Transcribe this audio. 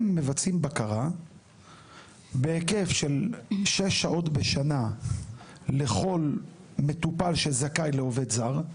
הם מבצעים בקרה בהיקף של שש שעות בשנה לכל מטופל שזכאי לעובד זר,